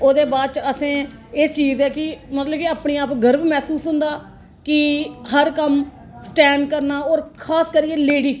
ओह्दे बाद च असें एह् चीज ऐ कि मतलब कि अपने आप गर्व महसूस होंदा कि हर कम्म इस टैम करना होर खास करियै लेडीज गी